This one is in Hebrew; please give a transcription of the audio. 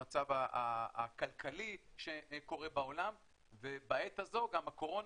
המצב הכלכלי שקורה בעולם ובעת הזו גם הקורונה,